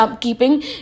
keeping